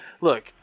look